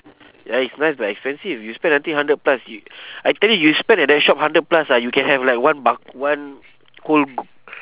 ya it's nice but expensive you spend until hundred plus you I tell you you spend at that shop hundred plus ah you can have like one buck~ one whole